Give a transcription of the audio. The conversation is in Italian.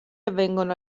avvengono